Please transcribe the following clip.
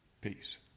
peace